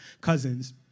cousins